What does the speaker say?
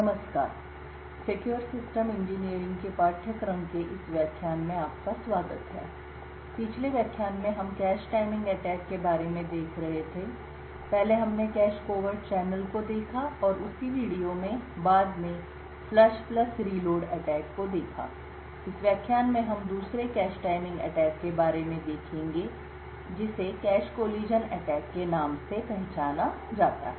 नमस्कार secure system engineering के पाठ्यक्रम के इस व्याख्यान में आपका स्वागत है पिछले व्याख्यान में हम कैश टाइमिंग अटैक के बारे में देख रहे थे पहले हमने कैश कोवर्ट चैनल को देखा और उसी वीडियो में बाद में फ्लश प्लस रीलोड अटैक को देखा इस व्याख्यान में हम दूसरे कैश टाइमिंग अटैक के बारे में देखेंगे जिसे कैश कोलीजन अटैक के नाम से पहचाना जाता है